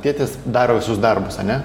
tėtis daro visus darbus ane